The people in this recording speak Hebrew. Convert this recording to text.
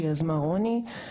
שיזמה רוני,